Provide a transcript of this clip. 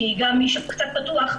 כי גם מי שקצת פתוח,